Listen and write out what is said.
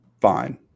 Fine